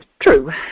True